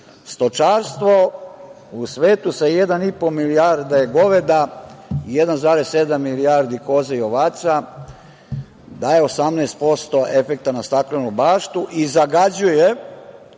Stočarstvo u svetu sa 1,5 milijardi goveda i 1,7 milijardi koza i ovaca, daje 18% efekta na staklenu baštu i zagađuje